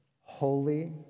Holy